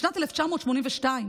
בשנת 1982,